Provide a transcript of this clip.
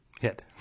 hit